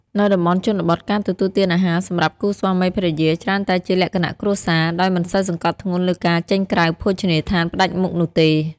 នៅតំបន់ជនបទ ការទទួលទានអាហារសម្រាប់គូស្វាមីភរិយាច្រើនតែជាលក្ខណៈគ្រួសារ ដោយមិនសូវសង្កត់ធ្ងន់លើការចេញក្រៅភោជនីយដ្ឋានផ្តាច់មុខនោះទេ។